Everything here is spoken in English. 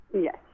Yes